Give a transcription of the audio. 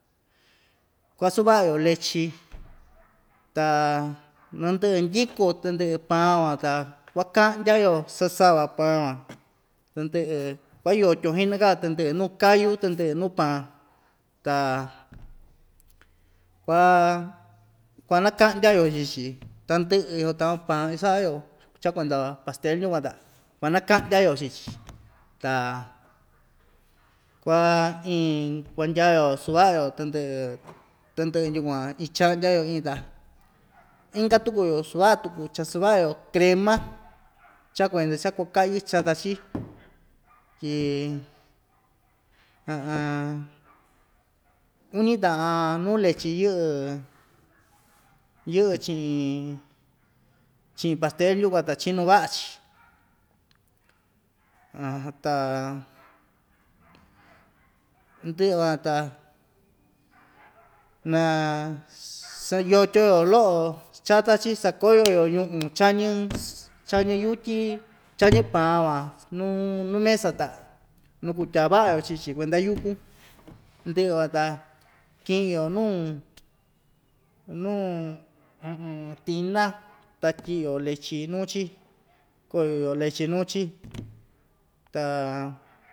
Kuasuvaꞌa‑yo lechi ta nu ndɨꞌɨ ndyiko tɨndɨꞌɨ paan van ta kukaꞌndya‑yo sasava paan van tundɨꞌɨ kuayotyon hinaka‑yo tɨndɨꞌɨ nuu kayu tɨndɨꞌɨ nuu paa ta kua kuanakaꞌndya‑yo chii‑chi tandɨꞌɨ iso taꞌan paa isaꞌa‑yo cha kuenda pastel yukuan ta kuanakaꞌya‑yo chii‑chi ta kua iin kuandyao suvaꞌa‑yo tundɨꞌɨ yukuan ichaꞌndya‑yo iin ta inka tuku yo suvaꞌa tuku cha suvaꞌa‑yo crema cha kuenda cha kuu kaꞌyɨ chata‑chi tyi uñi taꞌan nuu lechi yɨꞌɨ yɨꞌɨ chiꞌin chiꞌin pastel yukuan ta chinu vaꞌa‑chi ta ndɨꞌɨ van ta naa sayotyon yo loꞌo chata‑chi sakoyo‑yo ñuꞌun chañɨ chañi yutyi chañɨ paan van nuu nuu mesa ta nukutyavaꞌa‑yo chii‑chi kuenda yukun ndɨꞌɨ van ta kɨꞌɨ‑yo nuu nuu tina ta tyiꞌi‑yo lechi nuu‑chi koyo‑yo lechi nuu‑chi ta.